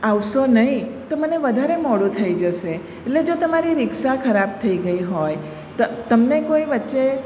આવશો નહીં તો મને વધારે મોડું થઈ જશે એટલે જો તમારી રિક્ષા ખરાબ થઈ ગઈ હોય તો તમને કોઈ વચ્ચે